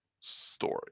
story